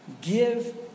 Give